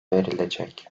verilecek